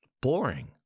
boring